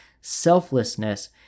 selflessness